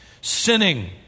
sinning